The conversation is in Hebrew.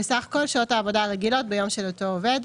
לסך כל שעות העבודה הרגילות ביום של אותו עובד,